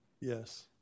Yes